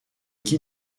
guy